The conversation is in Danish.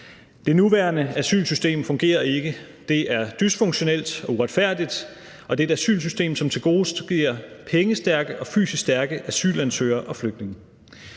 Det nuværende asylsystem fungerer ikke; det er dysfunktionelt og uretfærdigt, og det er et asylsystem, som tilgodeser pengestærke og fysisk stærke asylansøgere og flygtninge.